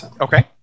Okay